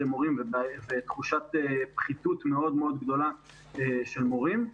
מורים ותחושת פחיתות מאוד גדולה של מורים.